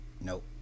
nope